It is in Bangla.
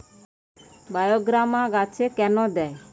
বায়োগ্রামা গাছে কেন দেয়?